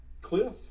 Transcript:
Cliff